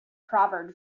proverb